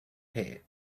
hair